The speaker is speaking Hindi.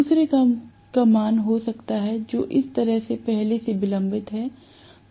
दूसरे का मान हो सकता है जो इस तरह से पहले से विलंबित है